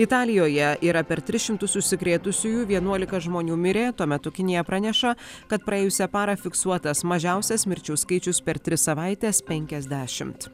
italijoje yra per tris šimtus užsikrėtusiųjų vienuolika žmonių mirė tuo metu kinija praneša kad praėjusią parą fiksuotas mažiausias mirčių skaičius per tris savaites penkiasdešimt